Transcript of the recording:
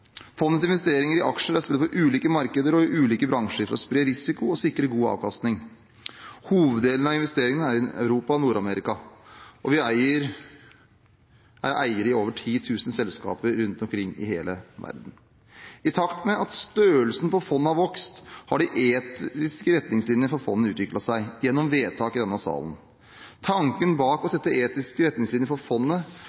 Fondets investeringer i aksjer er spredt over ulike markeder og i ulike bransjer for å spre risiko og sikre god avkastning. Hoveddelen av investeringene er i Europa og Nord-Amerika, og vi er eiere i over 10 000 selskaper rundt omkring i hele verden. I takt med at størrelsen på fondet har vokst, har de etiske retningslinjene for fondet utviklet seg gjennom vedtak i denne salen. Tanken bak å sette etiske retningslinjer for fondet